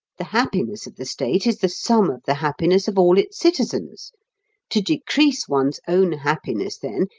the happiness of the state is the sum of the happiness of all its citizens to decrease one's own happiness, then,